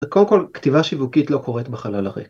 ‫קודם כול, כתיבה שיווקית ‫לא קורית בחלל הריק.